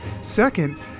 second